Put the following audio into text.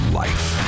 life